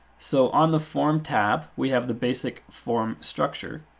so on the form tab, we have the basic form structure.